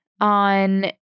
on